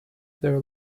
their